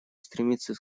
стремиться